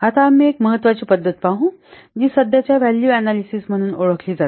आता आम्ही एक महत्त्वाची पध्दत पाहू जी सध्याची व्हॅल्यू अनॅलिसिस म्हणून ओळखली जाते